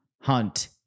Hunt